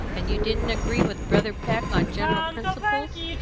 and you didn't agree with brother peck on general principles?